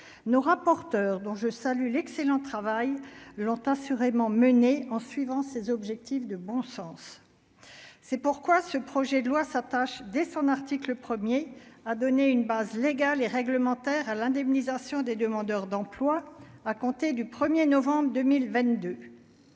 nos rapporteurs, dont je salue l'excellent travail l'ont assurément menée en suivant ses objectifs de bon sens, c'est pourquoi ce projet de loi s'attache dès son article 1er à donner une base légale et réglementaire à l'indemnisation des demandeurs d'emploi à compter du 1er novembre 2022,